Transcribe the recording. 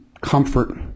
comfort